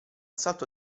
salto